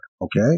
okay